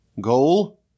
goal